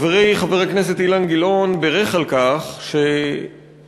חברי חבר הכנסת אילן גילאון בירך על כך ששר